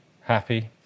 happy